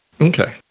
Okay